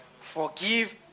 Forgive